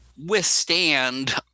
withstand